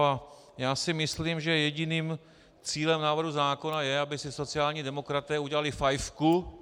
A já si myslím, že jediným cílem návrhu zákona je, aby si sociální demokraté udělali fajfku.